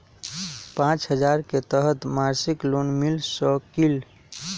पाँच हजार के तहत मासिक लोन मिल सकील?